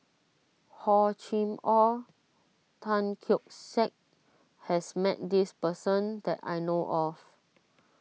Hor Chim or Tan Keong Saik has met this person that I know of